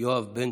יואב בן